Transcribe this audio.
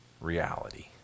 reality